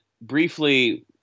briefly